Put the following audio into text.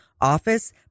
office